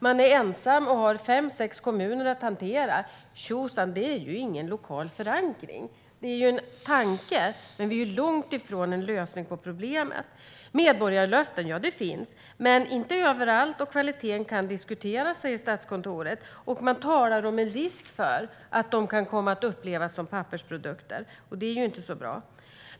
Man är ensam och har fem sex kommuner att hantera. Tjosan, det är ju ingen lokal förankring! Det är en tanke, men vi är långt ifrån en lösning på problemet. Medborgarlöften, ja, sådana finns. Men inte överallt, och kvaliteten kan diskuteras, säger Statskontoret. Man talar om en risk för att de kan komma att upplevas som pappersprodukter, och det är ju inte så bra.